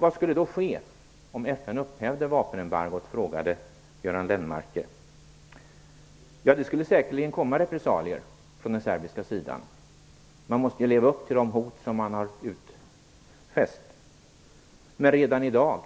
Vad skulle då ske om FN upphävde vapenembargot, frågade Göran Lennmarker. Jo, det skulle säkerligen komma repressalier från den serbiska sidan, för man måste ju leva upp till de hot man har utfäst. Men redan i dag